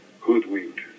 hoodwinked